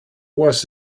was